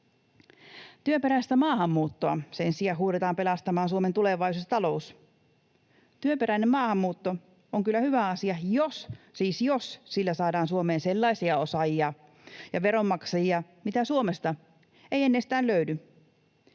Työperäistä maahanmuuttoa sen sijaan huudetaan pelastamaan Suomen tulevaisuus ja talous. Työperäinen maahanmuutto on kyllä hyvä asia, jos — siis jos — sillä saadaan Suomeen sellaisia osaajia ja veronmaksajia, mitä Suomesta ei ennestään löydy.